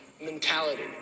mentality